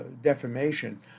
defamation